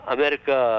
America